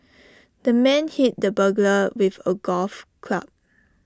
the man hit the burglar with A golf club